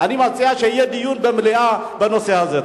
אני מציע שיהיה דיון במליאה בנושא הזה.